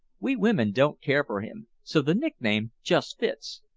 we women don't care for him, so the nickname just fits.